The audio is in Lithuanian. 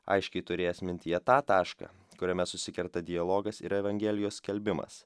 aiškiai turėjęs mintyje tą tašką kuriame susikerta dialogas ir evangelijos skelbimas